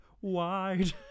wide